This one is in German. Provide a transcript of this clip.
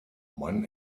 man